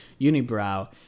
unibrow